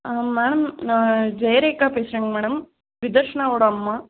ஆ madam நான் Jayarekha பேசுறேங்க madam விதரஷ்னாவோட அம்மா